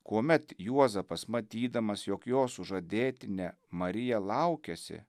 kuomet juozapas matydamas jog jo sužadėtinė marija laukiasi